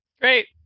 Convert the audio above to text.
Great